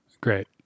Great